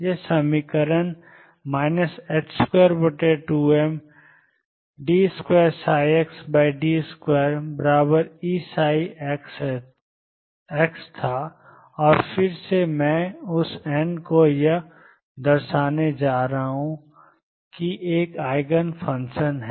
यह समीकरण 22md2xdx2Eψ था और फिर से मैं उस n को यह दर्शाने जा रहा हूं कि एक आइगन फ़ंक्शन है